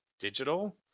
digital